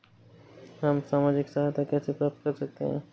हम सामाजिक सहायता कैसे प्राप्त कर सकते हैं?